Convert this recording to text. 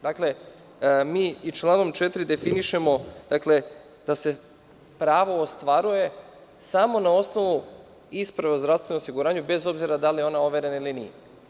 Dakle, mi i članom 4. definišemo da se pravo ostvaruje samo na osnovu isprava o zdravstvenom osiguranju, bez obzira da li je ona overena ili nije.